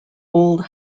old